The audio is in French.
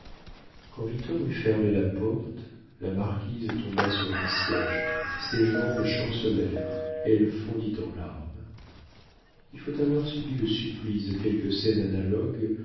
victor eut fermé la porte la marquise tomba sur un siége ses jambes chancelèrent elle fondit en larmes il faut avoir subi le supplice de quelque scène analogue